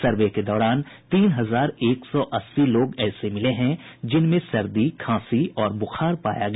सर्वे के दौरान तीन हजार एक सौ अस्सी लोग ऐसे मिले हैं जिनमें सर्दी खांसी और बुखार पाया गया